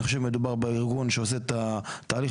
אני חושב שמדובר בארגון שעושה את תהליך